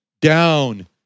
down